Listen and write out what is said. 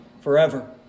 forever